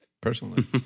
personally